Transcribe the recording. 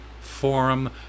forum